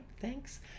thanks